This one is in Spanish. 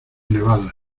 nevadas